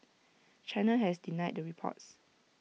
China has denied the reports